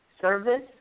service